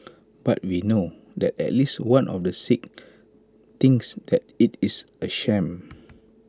but we know that at least one of the six thinks that IT is A sham